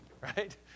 right